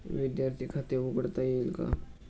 विद्यार्थी खाते उघडता येईल का?